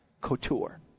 Couture